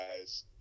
guys